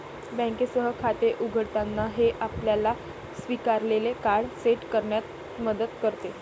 बँकेसह खाते उघडताना, हे आपल्याला स्वीकारलेले कार्ड सेट करण्यात मदत करते